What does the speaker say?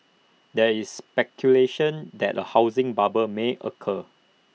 there is speculation that A housing bubble may occur